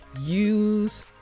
Use